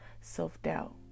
self-doubt